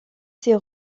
ses